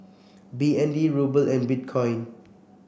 B N D Ruble and Bitcoin